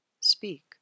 Speak